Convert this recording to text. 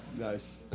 Nice